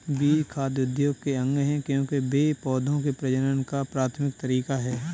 बीज खाद्य उद्योग के अंग है, क्योंकि वे पौधों के प्रजनन का प्राथमिक तरीका है